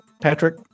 Patrick